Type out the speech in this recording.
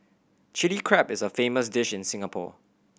Chilli Crab is a famous dish in Singapore